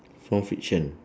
from fiction